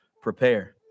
Prepare